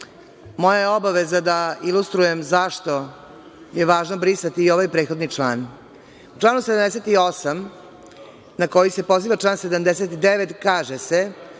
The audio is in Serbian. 2.Moja je obaveza da ilustrujem zašto je važno brisati i ovaj prethodni član. Član 78. na koji se poziva član 79. kaže da